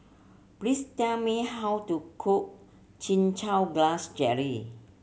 please tell me how to cook Chin Chow Grass Jelly